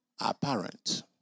Apparent